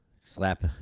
Slap